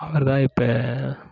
அவர் தான் இப்போ